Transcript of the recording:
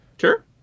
sure